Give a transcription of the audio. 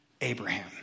Abraham